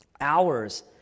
hours